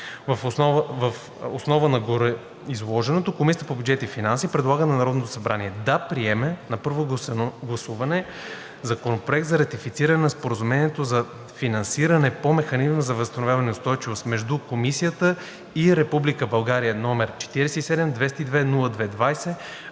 Въз основа на гореизложеното Комисията по бюджет и финанси предлага на Народното събрание да приеме на първо гласуване Законопроект за ратифициране на Споразумението за финансиране по Механизма за възстановяване и устойчивост между Комисията и Република